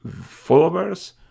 followers